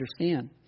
understand